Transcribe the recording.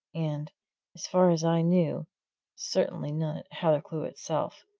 and as far as i knew certainly none at hathercleugh itself,